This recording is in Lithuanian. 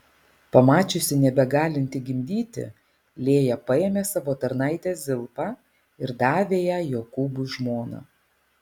pamačiusi nebegalinti gimdyti lėja paėmė savo tarnaitę zilpą ir davė ją jokūbui žmona